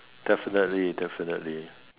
definitely definitely